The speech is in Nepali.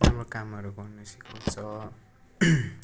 राम्रो कामहरू गर्नु सिकाउँछ